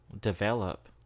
develop